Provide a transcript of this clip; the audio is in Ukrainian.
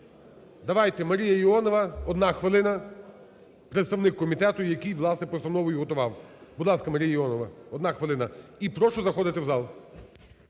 Давайте Марія Іонова, одна хвилина, представник комітету, який, власне, постанову і готував. Будь ласка, Марія Іонова, одна хвилина. І прошу заходити в зал.